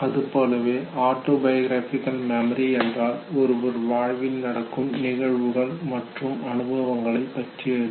அதுபோலவே autobiographical memory என்றால் ஒருவர் வாழ்வில் நடக்கும் நிகழ்வுகள் மற்றும் அனுபவங்களை பற்றியது